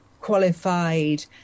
qualified